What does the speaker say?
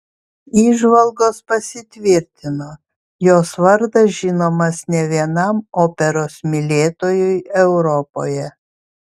įžvalgos pasitvirtino jos vardas žinomas ne vienam operos mylėtojui europoje